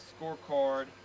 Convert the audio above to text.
scorecard